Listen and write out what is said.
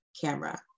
camera